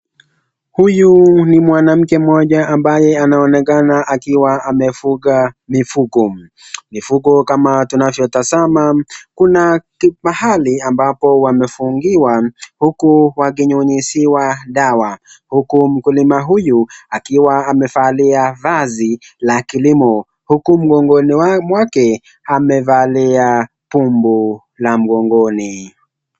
Huyu ni mwanamke mmoja ambaye anaonekana akiwa amefuga mifugo. Mifugo kama tunavyotazama kuna pahali ambapo wamefungiwa huku wakinyunyuziwa dawa, huku mkulima huyu akiwa amevalia vazi la kilimo. Huku mgongoni mwake amevalia pumbu la mgongoni.